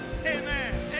Amen